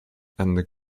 and